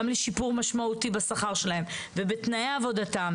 גם לשיפור משמעותי בשכר שלהן ובתנאי עבודתן,